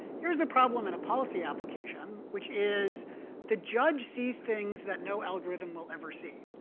here's the problem in a policy application, which is the judge sees things that no algorithm will ever see.